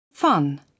Fun